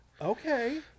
Okay